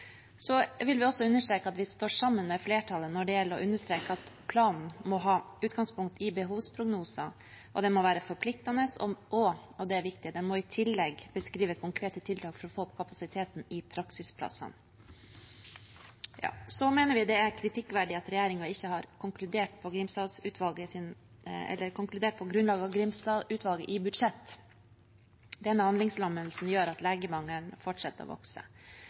Vi vil også understreke at vi står sammen med flertallet når det gjelder å understreke at planen må ha utgangspunkt i behovsprognoser, og den må være forpliktende. Og – det er viktig – den må i tillegg beskrive konkrete tiltak for å få opp kapasiteten i praksisplassene. Så mener vi det er kritikkverdig at regjeringen ikke har konkludert i budsjett på grunnlag av Grimstad-utvalget. Denne handlingslammelsen gjør at legemangelen fortsetter å vokse.